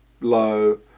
low